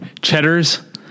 cheddars